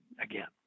again